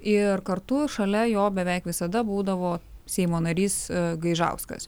ir kartu šalia jo beveik visada būdavo seimo narys gaižauskas